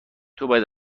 توباید